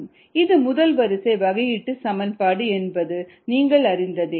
ddt kdxv இது முதல் வரிசை வகையீட்டுச் சமன்பாடு என்பது நீங்கள் அறிந்ததே